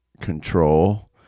control